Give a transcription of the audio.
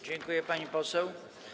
Dziękuję, pani poseł.